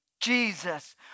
Jesus